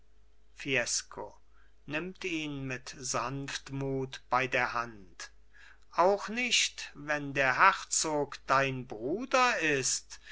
fiesco nimmt ihn mit sanftmut bei der hand auch nicht wenn der herzog dein bruder ist